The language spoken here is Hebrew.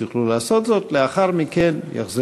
דברי הכנסת י"ב / מושב ראשון / ישיבות ל"א ל"ג / י"ט